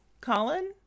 Colin